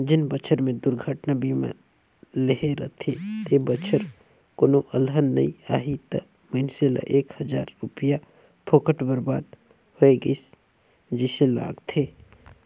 जेन बच्छर मे दुरघटना बीमा लेहे रथे ते बच्छर कोनो अलहन नइ आही त मइनसे ल एक हजार रूपिया फोकट बरबाद होय गइस जइसे लागथें